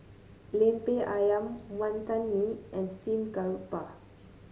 lemper ayam Wantan Mee and Steamed Garoupa